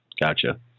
Gotcha